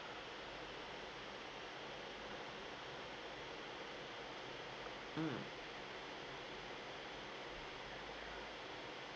mm